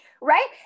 right